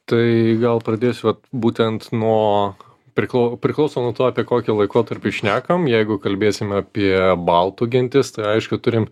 tai gal pradėsiu vat būtent nuo priklau priklauso nuo to apie kokį laikotarpį šnekam jeigu kalbėsim apie baltų gentis tai aišku turim